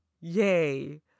yay